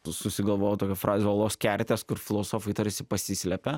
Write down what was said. susigalvojau tokią frazę olos kertės kur filosofai tarsi pasislepia